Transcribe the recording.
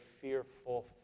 fearful